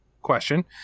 question